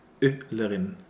öllerin